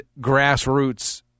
grassroots